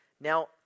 Now